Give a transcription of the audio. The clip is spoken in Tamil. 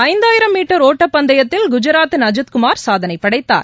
ஐந்தாயிரம் மீட்டர் ஒட்டப்பந்தயத்தில் குஜராத்தின் அஜீத்குமார் சாதளை படைத்தார்